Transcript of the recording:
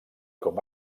com